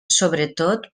sobretot